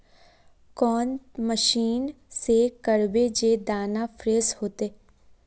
कौन मशीन से करबे जे दाना फ्रेस होते?